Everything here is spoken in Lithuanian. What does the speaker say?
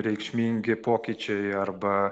reikšmingi pokyčiai arba